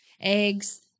eggs